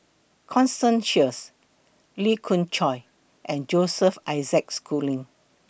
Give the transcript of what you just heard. Constance Sheares Lee Khoon Choy and Joseph Isaac Schooling